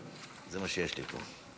זה מה שיש לי פה.